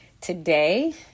Today